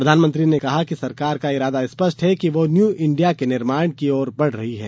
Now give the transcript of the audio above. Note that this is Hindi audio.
प्रधानमंत्री ने कहा कि सरकार का इरादा स्पष्ट है कि वह न्यू इंडिया के निर्माण की ओर बढ़ रही है